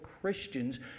Christians